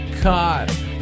Caught